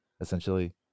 essentially